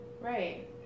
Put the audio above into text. right